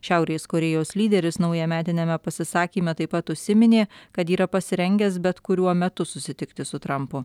šiaurės korėjos lyderis naujametiniame pasisakyme taip pat užsiminė kad yra pasirengęs bet kuriuo metu susitikti su trampu